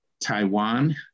Taiwan